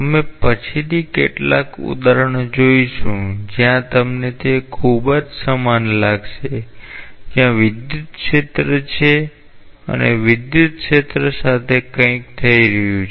અમે પછીથી કેટલાક ઉદાહરણો જોઈશું જ્યાં તમને તે ખૂબ જ સમાન લાગશે જ્યાં વિદ્યુત ક્ષેત્ર છે અને વિદ્યુત ક્ષેત્ર સાથે કંઈક થઈ રહ્યું છે